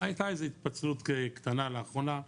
הייתה איזו התפצלות קטנה לאחרונה,